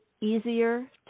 easier